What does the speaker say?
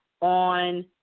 on